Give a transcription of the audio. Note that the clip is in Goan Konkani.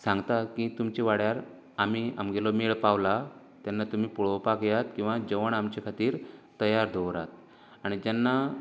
सांगता की तुमची वाड्यार आमी आमगेलो मेळ पावलां तेन्ना तुमी पळोवपाक येयात किंवां जेवण आमचे खातीर तयार दवरात आनी जेन्ना